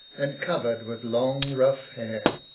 and covered with long rough hair.